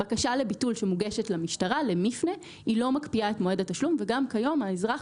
בקשה לביטול שמוגשת למשטרה לא מקפיאה את מועד התשלום וגם כיום האזרח